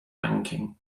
banking